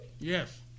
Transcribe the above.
Yes